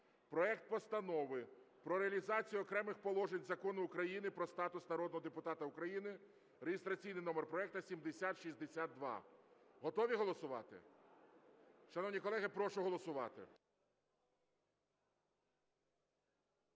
проект Постанови про реалізацію окремих положень Закону України "Про статус народного депутата України" (реєстраційний номер проекту 7062). Готові голосувати? Шановні колеги, прошу голосувати.